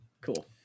cool